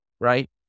right